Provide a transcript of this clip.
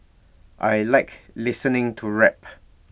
I Like listening to rap